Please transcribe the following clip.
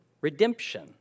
redemption